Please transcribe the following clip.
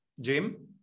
Jim